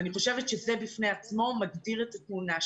אני חושבת שזה בפני עצמו מגדיר את התמונה.